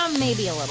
um maybe a